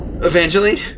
Evangeline